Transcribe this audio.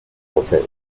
water